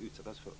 utsättas för.